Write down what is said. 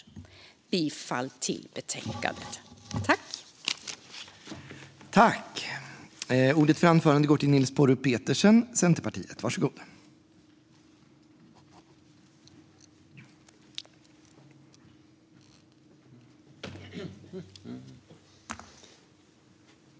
Jag yrkar bifall till utskottets förslag.